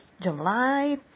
July